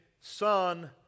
son